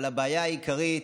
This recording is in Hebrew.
אבל הבעיה העיקרית,